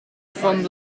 van